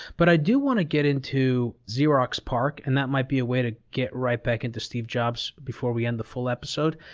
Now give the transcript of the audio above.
but i do want to get into xerox parc, and that might be a way to get right back into steve jobs before we end the full episode,